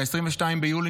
ב-22 ביולי,